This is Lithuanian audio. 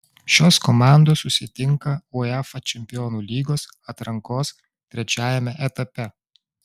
šios komandos susitinka uefa čempionų lygos atrankos trečiajame etape